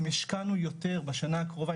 אם השקענו יותר בשנה הקרובה,